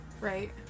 Right